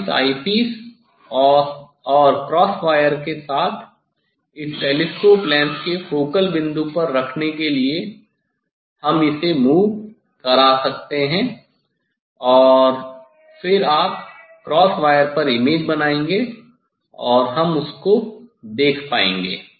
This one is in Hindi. अब इस आईपीस और क्रॉस वायर को एक साथ इस टेलीस्कोप लेंस के फोकल बिंदु पर रखने के लिए हम इसे मूव करा सकते हैं फिर आप क्रॉस वायर पर इमेज बनाएँगे और हम उसको देख पाएंगे